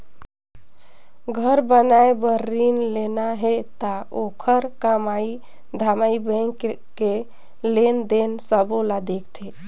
घर बनाए बर रिन लेना हे त ओखर कमई धमई बैंक के लेन देन सबो ल देखथें